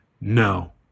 No